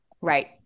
right